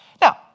Now